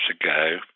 ago